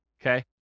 okay